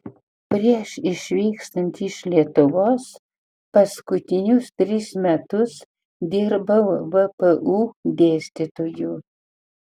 prieš išvykstant iš lietuvos paskutinius tris metus dirbau vpu dėstytoju